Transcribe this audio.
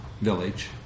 village